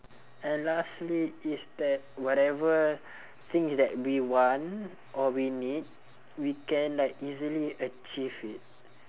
and lastly is that whatever things that we want or we need we can like easily achieve it